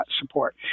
support